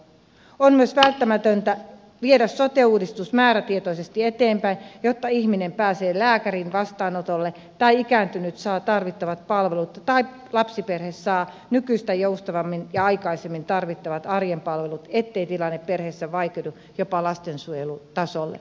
on myös välttämätöntä viedä sote uudistus määrätietoisesti eteenpäin jotta ihminen pääsee lääkärin vastaanotolle tai ikääntynyt saa tarvittavat palvelut tai lapsiperhe saa nykyistä joustavammin ja aikaisemmin tarvittavat arjen palvelut ettei tilanne perheessä vaikeudu jopa lastensuojelutasolle